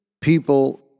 people